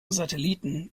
satelliten